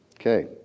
Okay